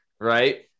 right